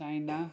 China